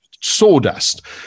sawdust